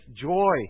joy